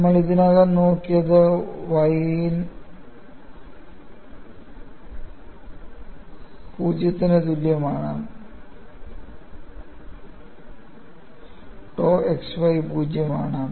നമ്മൾ ഇതിനകം നോക്കിയത് y 0 ന് തുല്യമാണ് tau xy 0 ആണ്